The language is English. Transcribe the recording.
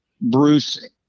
Bruce